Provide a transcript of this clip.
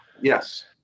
Yes